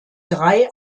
drei